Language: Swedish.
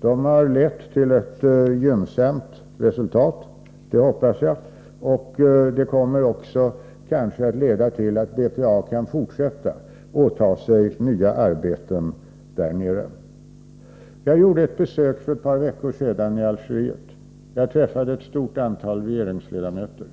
De har lett till ett som jag hoppas gynnsamt resultat. De kommer kanske också att leda till att BPA kan fortsätta och åta sig nya arbeten där nere. Jag gjorde för ett par veckor sedan ett besök i Algeriet och träffade då ett stort antal regeringsledamöter.